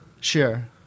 sure